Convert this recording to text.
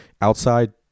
outside